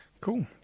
cool